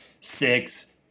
six